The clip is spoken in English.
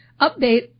update